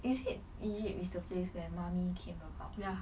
is it egypt is the place where mummy came about ya